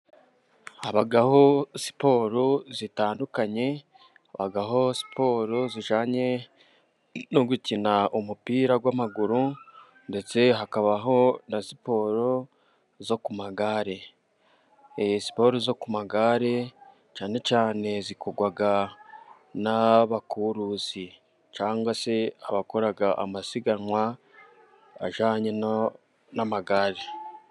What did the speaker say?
Hababo siporo zitandukanye habaho siporo zijyanye no gukina umupira w'amaguru ndetse hakabaho na siporo zo ku magare. Siporo zo ku magare cyane cyane zikorwa n'abakuruzi cyangwa se abakora amasiganwa ajyanye n'amagare.